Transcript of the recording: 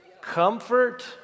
Comfort